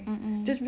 mmhmm